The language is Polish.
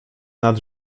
nad